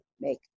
make